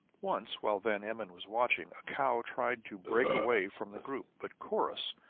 once while van emmon was watching, a cow tried to break away from the group but corrus,